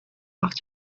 off